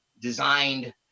designed